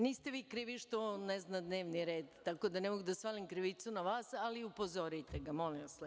Niste vi krivi što on ne zna dnevni red, tako da ne mogu da svalim krivicu na vas, ali upozorite ga, molim vas sledeći put.